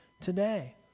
today